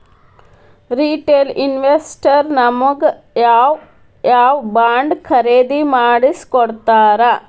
Retail investors ನಮಗ್ ಯಾವ್ ಯಾವಬಾಂಡ್ ಖರೇದಿ ಮಾಡ್ಸಿಕೊಡ್ತಾರ?